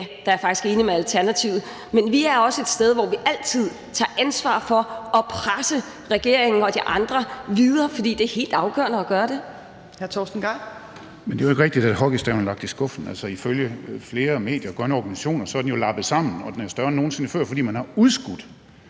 er jeg faktisk enig med Alternativet. Men vi er også et sted, hvor vi altid tager ansvar for at presse regeringen og de andre videre, fordi det er helt afgørende at gøre det. Kl. 13:24 Tredje næstformand (Trine Torp): Hr. Torsten Gejl. Kl. 13:24 Torsten Gejl (ALT): Jamen det er jo ikke rigtigt, at hockeystaven er lagt i skuffen. Altså, ifølge flere medier og grønne organisationer er den jo lappet sammen, og den er større end nogen sinde før, fordi man har udskudt